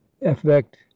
effect